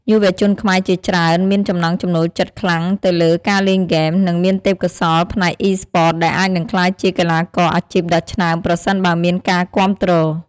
យុវជនខ្មែរជាច្រើនមានចំណង់ចំណូលចិត្តខ្លាំងទៅលើការលេងហ្គេម និងមានទេពកោសល្យផ្នែក Esports ដែលអាចនឹងក្លាយជាកីឡាករអាជីពដ៏ឆ្នើមប្រសិនបើមានការគាំទ្រ។